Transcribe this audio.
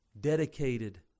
Dedicated